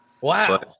Wow